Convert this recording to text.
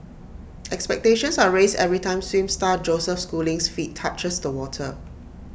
expectations are raised every time swim star Joseph schooling's feet touches the water